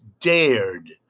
dared